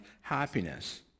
happiness